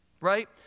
Right